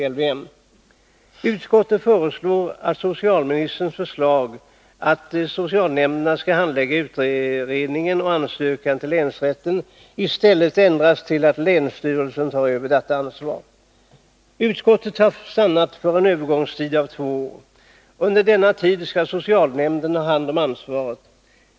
É Utskottet föreslår att socialministerns förslag, att socialnämnderna skall handlägga utredningen och ansökan till länsrätten, i stället ändras till att länsstyrelsen övertar det ansvaret. Utskottet har stannat för en övergångstid av två år. Under denna tid skall socialnämnderna ha hand om ansvaret.